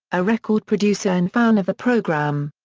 a record producer and fan of the programme.